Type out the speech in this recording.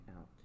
out